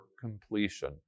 completion